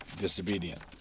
disobedient